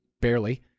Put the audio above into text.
barely